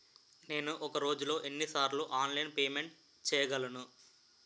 నేను ఒక రోజులో ఎన్ని సార్లు ఆన్లైన్ పేమెంట్ చేయగలను?